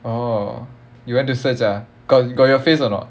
oh you went to search ah got got your face or not